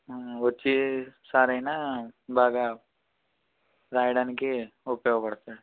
ఆ వచ్చేసారి అయినా బాగా వ్రాయడానికే ఉపయోగపడుతుంది